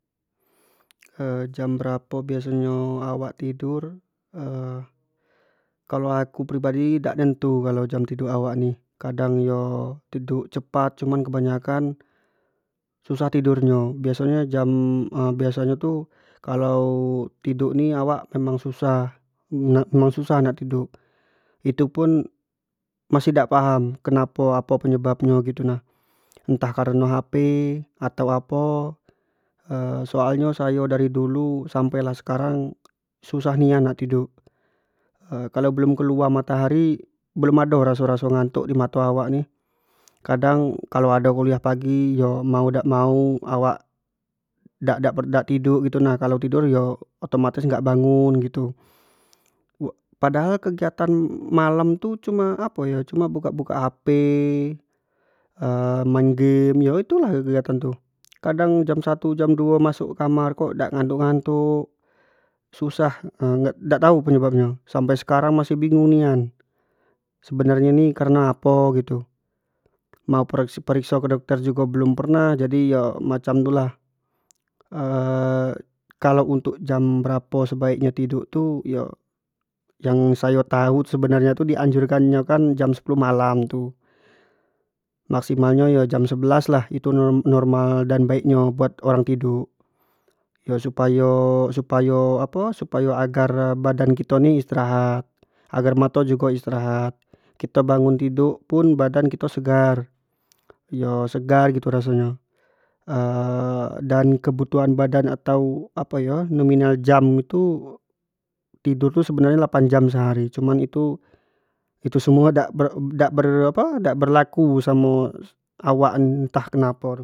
jam berapo biaso nyo awak tidur kalau aku pribadi ni dak nentu kalau jam tiduk awak ni, kadang yo tiduk cepat cuman kebanyakan susah tidur nyo, biaso nyo jam biaso nyo tu kalau tiduk ni awak memang susah nak tiduk itu pun masih dak paham, kenapo apo sebab nyo gitu nah, entah kareno hp atau apo soal nyo sayo dari dulu sampai lah sekarang susah nian lah nak tiduk, kalau belum keluar matohari belum ado raso nyo ngantuk- ngantuk dimato wak ni, kadang kalau ado kuliah pagi yo mau dak mau awak dak- dak tiduk gitu nah, kalau pun tidur yo otomatis gak bangun gitu padahal kegiatan malam tu cuma apo yo, cuma buka- buka hp main game yo itu lah kegiatan tu, kadang jam satu jam duo masuk kamar kok dak ngantuk- ngantuk susah dak tau penyebebnyo sampai sekarang masih bingung nian sebenarnyo ni kareno apo gitu, mau perikso- perikso ke dokter jugo belum pernah, jadi yo macam tu lah kalau untuk jam berapo sebaik nyo tiduk tu yang sayo tau tu sebenaryo tu di anjur kan nyo jam sepuluh malam tu, maksimal nyo yo jam sebelas lah itu normal dan baik nnyo untuk orang tiduk yo supayo- supayo apo supayo agar badan kito ni, istirahat, agar mato jugo istirahat kito bangun tiduk pun badan kito ni segar, yo segar gitu raso nyo dan kebutuhan badan atau apo yo nominal jam itu tidur tu sebenar nyo delapan jam sehari cuman itu-itu semu dak berlaku samo awak, entah- entah kenapo.